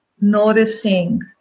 noticing